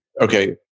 Okay